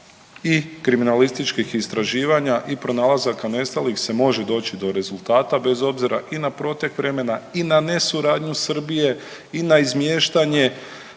i kriminalističkih istraživanja i pronalazaka nestalih se može doći do rezultata, bez obzira i na protek vremena i na nesuradnju Srbije i na izmiještanje